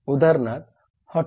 उदाहरणार्थ हॉटेल